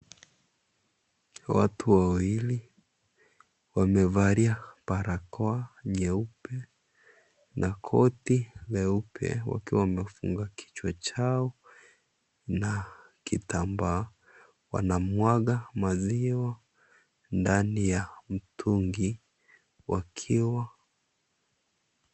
Watu wawili, wamevalia barakoa nyeupe na koti nyeupe, wakiwa wamefunga kichwa chao na kitambaa. Wanamwaga maziwa ndani ya mtungi wakiwa,